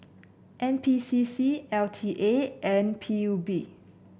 N P C C L T A and P U B